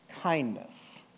kindness